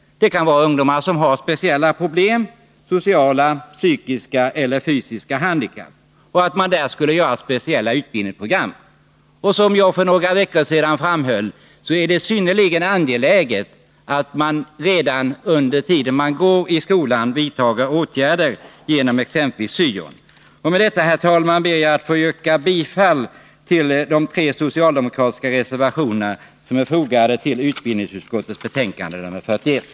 Det kan vara ungdomar som har speciella problem, sociala, psykiska eller fysiska handikapp. För dessa skulle man göra särskilda utbildningsprogram. Som jag för några veckor sedan framhöll är det synnerligen angeläget att man gör någonting för dessa redan medan de går i skolan, t.ex. genom syoverksamheten. Med detta, herr talman, ber jag att få yrka bifall till de tre socialdemokratiska reservationer som är fogade till utbildningsutskottets betänkande 41.